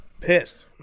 Pissed